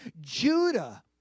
Judah